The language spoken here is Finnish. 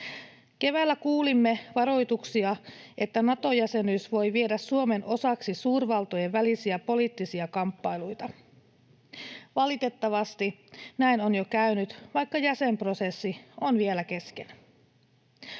Keväällä kuulimme varoituksia, että Nato-jäsenyys voi viedä Suomen osaksi suurvaltojen välisiä poliittisia kamppailuita. Valitettavasti näin on jo käynyt, vaikka jäsenprosessi on vielä kesken.